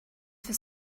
for